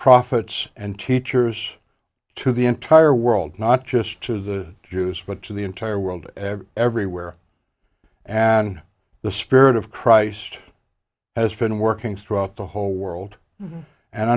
prophets and teachers to the entire world not just to the jews but to the entire world everywhere and the spirit of christ has been working throughout the whole world